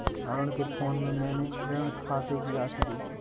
अरुण के फोन में मैने ऋण खाते की राशि देखी